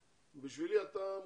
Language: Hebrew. בשבילי אתה מומחה.